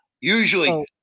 usually